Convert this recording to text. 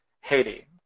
Haiti